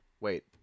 Wait